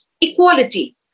equality